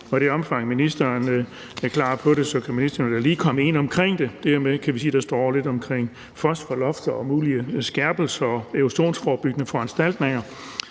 og i det omfang, ministeren er klar på det, kan ministeren jo lige komme ind på det, altså det her, der står, med fosforlofter, mulige skærpelser og erosionsforebyggende foranstaltninger.